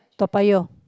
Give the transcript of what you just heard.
Toa-Payoh